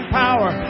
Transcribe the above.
power